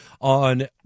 on